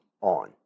on